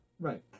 Right